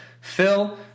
Phil